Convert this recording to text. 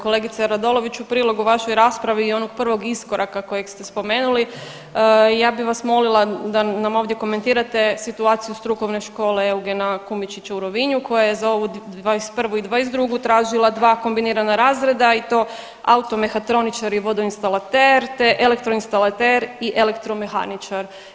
Kolegice Radolović u prilogu vašoj raspravi i onog prvog iskoraka kojeg ste spomenuli ja bih vas molila da nam ovdje komentirate situaciju Strukovne škole Eugena Kumičića u Rovinju koja je za ovu '21. i '22. tražila 2 kombinirana razreda i to automehatroničar i vodoinstalater te elektroinstalater i elektromehaničar.